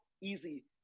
easy